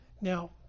Now